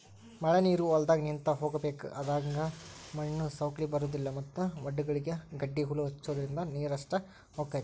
ಮಳಿನೇರು ಹೊಲದಾಗ ನಿಂತ ಹೋಗಬೇಕ ಅಂದಾಗ ಮಣ್ಣು ಸೌಕ್ಳಿ ಬರುದಿಲ್ಲಾ ಮತ್ತ ವಡ್ಡಗಳಿಗೆ ಗಡ್ಡಿಹಲ್ಲು ಹಚ್ಚುದ್ರಿಂದ ನೇರಷ್ಟ ಹೊಕೈತಿ